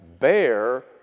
bear